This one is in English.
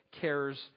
cares